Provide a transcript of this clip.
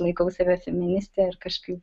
laikau save feministe ir kažkaip